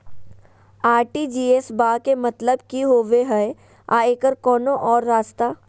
RTGS बा के मतलब कि होबे हय आ एकर कोनो और रस्ता?